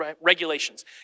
regulations